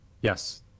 Yes